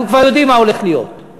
אנחנו כבר יודעים מה הולך להיות,